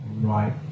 right